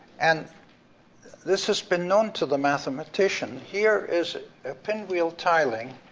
and this has been known to the mathematician. here is a pinwheel tiling